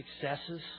successes